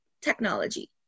technology